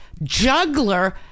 juggler